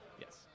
Yes